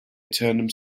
turned